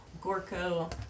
Gorko